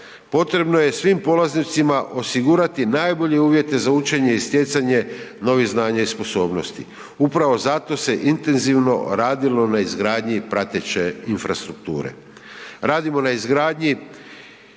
potrebno je svim polaznicima osigurati najbolje uvjete za učenje i stjecanje novih znanja i sposobnosti. Upravo zato se intenzivno radilo na izgradnji prateće infrastrukture.